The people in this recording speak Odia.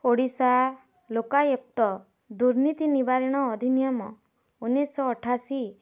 ଓଡ଼ିଶା ଲୋକାୟୁକ୍ତ ଦୁର୍ନୀତି ନିବାରଣ ଅଧିନିୟମ ଉନିଶ ଅଠାଅଶୀ